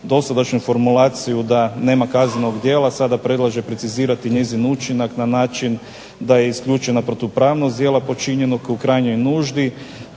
dosadašnju formulaciju da nema kaznenog djela sada predlaže precizirati njezin učinak na način da je isključena protupravnost djela počinjenog u krajnjoj nuždi